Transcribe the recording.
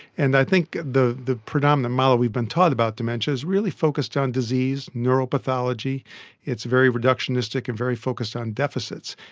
and i think the the predominant model we've been taught about dementia has really focused on disease, neuropathology, and it's very reductionistic and very focused on deficits.